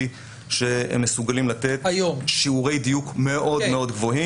שהם מסוגלים לתת שיעורי דיוק מאוד מאוד גבוהים.